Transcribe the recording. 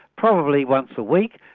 probably once a week,